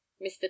mr